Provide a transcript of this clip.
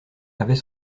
avait